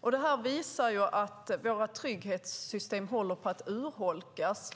Detta visar att våra trygghetssystem håller på att urholkas.